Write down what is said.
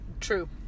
True